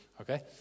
Okay